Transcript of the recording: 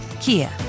Kia